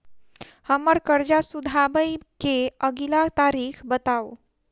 हम्मर कर्जा सधाबई केँ अगिला तारीख बताऊ?